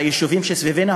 ביישובים שסביבנו,